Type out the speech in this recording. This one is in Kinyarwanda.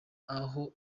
aho